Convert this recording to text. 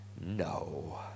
no